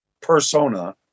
persona